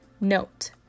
Note